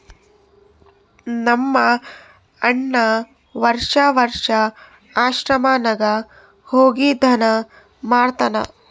ನಮ್ ಅಣ್ಣಾ ವರ್ಷಾ ವರ್ಷಾ ಆಶ್ರಮ ನಾಗ್ ಹೋಗಿ ದಾನಾ ಮಾಡ್ತಾನ್